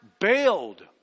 bailed